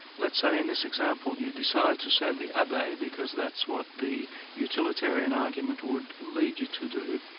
let's say in this example you decide to save the abbe because that's what the utilitarian argument would lead you to do,